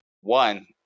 One